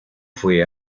fue